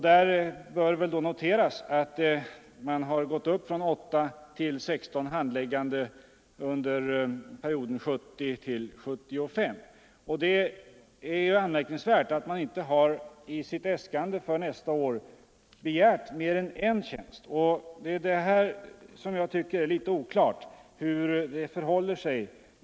Det bör noteras att antalet handläggare under perioden 1970-1975 går upp från 8 till 16. Det är anmärkningsvärt att inspektionen i sina äskanden för nästa budgetår inte begärt mer än ytterligare en tjänst. På denna punkt tycker jag att viss oklarhet råder.